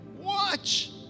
Watch